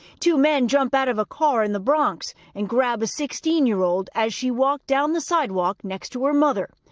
two men jump out of a car in the bronx and grab a sixteen year old as she walked down the sidewalk next to her mother.